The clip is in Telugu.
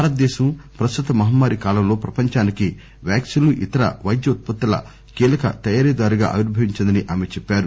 భారతదేశం ప్రస్తుత మహమ్మారి కాలంలో ప్రపంచానికి వ్యాక్పిన్ లు ఇతర పైద్య ఉత్పత్తుల కీలక తయారీ దారుగా ఆవిర్భవించిందని ఆమె చెప్పారు